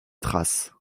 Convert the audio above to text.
traces